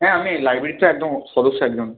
হ্যাঁ আমি লাইব্রেরির তো একদম সদস্য একজন